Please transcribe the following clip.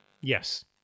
Yes